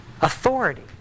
authority